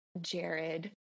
Jared